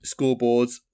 scoreboards